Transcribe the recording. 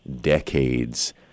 decades